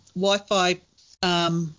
Wi-Fi